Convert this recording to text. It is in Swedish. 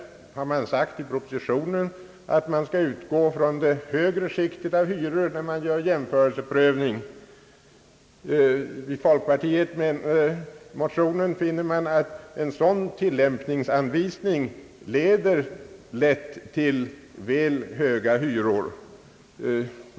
I propositionen har sagts att man skall utgå från det högre skiktet av hyror när man gör jämförelseprövning. I folkpartimotionen finner man att en sådan tillämpningsanvisning lätt leder till väl höga hyror.